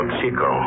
Chico